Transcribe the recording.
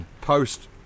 post